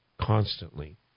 Constantly